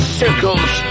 circles